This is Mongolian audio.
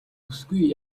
бүсгүй